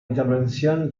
intervención